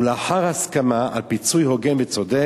ולאחר הסכמה על פיצוי הוגן וצודק,